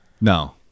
No